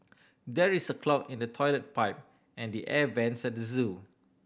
there is a clog in the toilet pipe and the air vents at the zoo